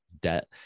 debt